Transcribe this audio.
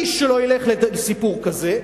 איש לא ילך לסיפור כזה,